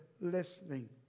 listening